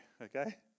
okay